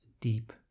deep